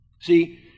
See